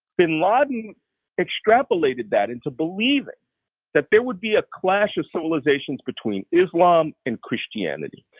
bin laden extrapolated that into believing that there would be a clash of civilizations between islam and christianity,